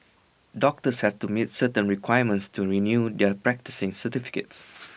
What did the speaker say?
doctors have to meet certain requirements to renew their practising certificates